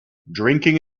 drinking